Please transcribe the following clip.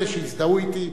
אלה שהזדהו אתי,